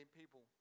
people